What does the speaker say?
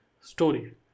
story